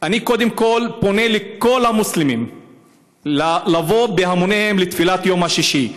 אני קודם כול פונה לכל המוסלמים לבוא בהמוניהם לתפילת יום השישי,